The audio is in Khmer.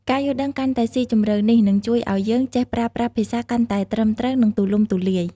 ការយល់ដឹងកាន់តែស៊ីជម្រៅនេះ នឹងជួយឲ្យយើងចេះប្រើប្រាស់ភាសាកាន់តែត្រឹមត្រូវ និងទូលំទូលាយ។